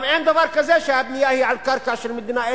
גם אין דבר כזה שהבנייה היא על קרקע של המדינה,